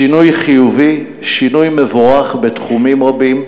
שינוי חיובי, שינוי מבורך בתחומים רבים,